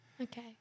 okay